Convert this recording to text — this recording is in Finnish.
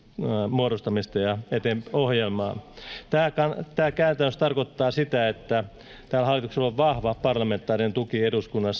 muodostamista ja ohjelmaa tämä käytännössä tarkoittaa sitä että tällä hallituksella on vahva parlamentaarinen tuki eduskunnassa